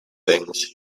things